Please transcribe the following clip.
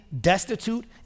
destitute